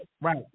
right